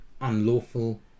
unlawful